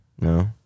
No